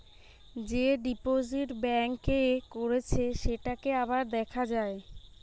যে deposit bank এ করেছে সেটাকে আবার দেখা যায়